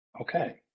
Okay